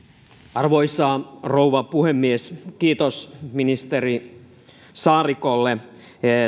arvoisa rouva puhemies kiitos ministeri saarikolle